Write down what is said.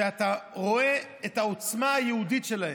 ואתה רואה את העוצמה היהודית שלהם,